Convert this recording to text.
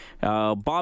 bob